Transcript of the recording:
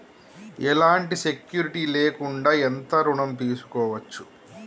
ఎలాంటి సెక్యూరిటీ లేకుండా ఎంత ఋణం తీసుకోవచ్చు?